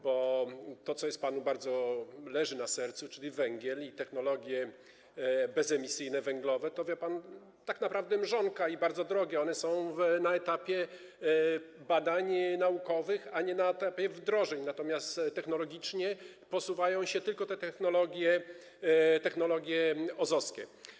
Bo to, co panu bardzo leży na sercu, czyli węgiel i technologie bezemisyjne węglowe, to, wie pan, tak naprawdę mrzonka, one są bardzo drogie, są na etapie badań naukowych, a nie na etapie wdrożeń, natomiast technologicznie posuwają się tylko technologie OZE-owskie.